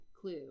Clue